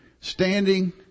standing